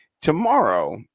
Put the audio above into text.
Tomorrow